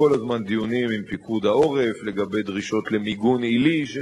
עד שבשנת 2016 יעברו דרך נמל חיפה רק 30% מכלל מכולות הברום הנשלחות